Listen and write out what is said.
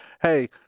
hey